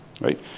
right